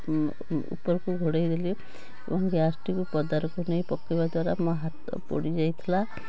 ଉପରକୁ ଘୋଡ଼ାଇଦେଲି ଏବଂ ଗ୍ୟାସଟିକୁ ପଦାରକୁ ନେଇ ପକାଇବା ଦ୍ଵାରା ମୋ ହାତ ପୋଡ଼ି ଯାଇଥିଲା